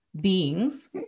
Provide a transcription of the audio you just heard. beings